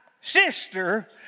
sister